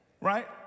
Right